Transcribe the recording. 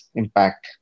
impact